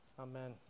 Amen